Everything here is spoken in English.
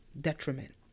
detriment